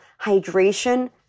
hydration